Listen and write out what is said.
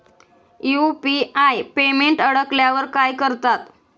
UPI payment अडकल्यावर काय करतात?